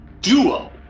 duo